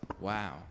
Wow